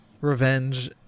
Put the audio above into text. revenge